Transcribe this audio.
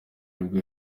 nibwo